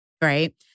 Right